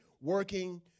working